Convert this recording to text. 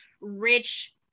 rich